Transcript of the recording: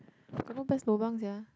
got no best lobang sia